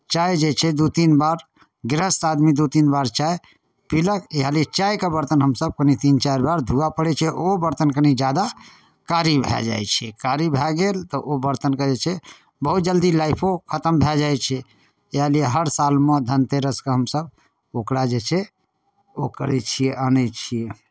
चाय जे छै दू तीन बार गृहस्थ आदमी दू तीन बार चाय पीलक इएह लिए चायके बर्तन हमसभ अपने तीन चारि बार धुअय पड़ै छै ओ बरतन कनि ज्यादा कारी भए जाइ छै कारी भए गेल तऽ ओ बरतनके जे छै बहुत जल्दी लाइफो खतम भए जाइ छै इएह लिए हर सालमे धनतेरसकेँ हमसभ ओकरा जे छै ओ करै छियै आनै छियै